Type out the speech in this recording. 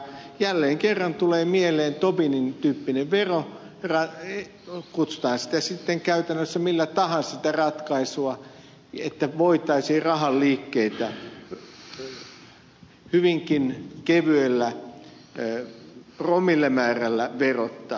jälleen kerran tulee mieleen tobinin tyyppinen vero kutsutaan sitä ratkaisua sitten käytännössä millä tahansa nimellä että voitaisiin rahan liikkeitä hyvinkin kevyellä promillemäärällä verottaa